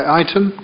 item